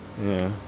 ya